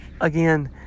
again